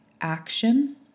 action